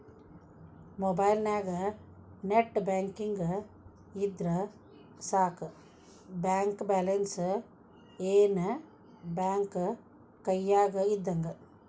ಮೊಬೈಲ್ನ್ಯಾಗ net banking ಇದ್ರ ಸಾಕ ಬ್ಯಾಂಕ ಬ್ಯಾಲೆನ್ಸ್ ಏನ್ ಬ್ಯಾಂಕ ಕೈಯ್ಯಾಗ ಇದ್ದಂಗ